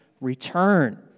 return